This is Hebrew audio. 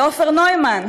לעופר נוימן,